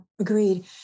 agreed